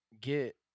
get